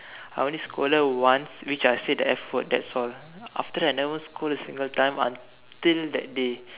I only scold her once which I said the F word that's all after that I never scold a single time until that day